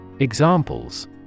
Examples